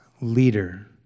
leader